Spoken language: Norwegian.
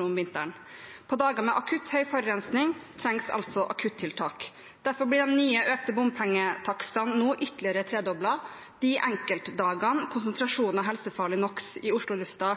om vinteren. På dager med akutt høy forurensing trengs altså akuttiltak. Derfor blir de nye, økte bompengetakstene nå ytterligere tredoblet på de enkeltdagene når konsentrasjonen av helsefarlig NOx i Oslo-lufta